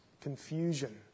confusion